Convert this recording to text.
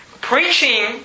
Preaching